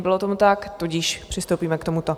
Nebylo tomu tak, tudíž přistoupíme k tomuto.